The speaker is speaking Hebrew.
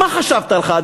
מה חשבת לך,